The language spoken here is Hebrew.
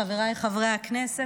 חבריי חברי הכנסת,